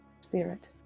spirit